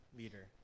leader